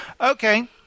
Okay